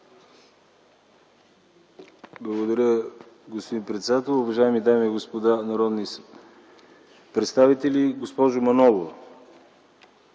Благодаря, господин председател. Уважаеми дами и господа народни представители, госпожо Манолова!